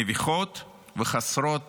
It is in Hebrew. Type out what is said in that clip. מביכות וחסרות